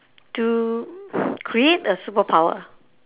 to create a superpower